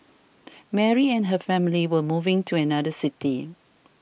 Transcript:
Mary and her family were moving to another city